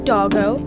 Doggo